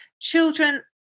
Children